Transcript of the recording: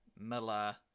Miller